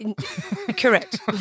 correct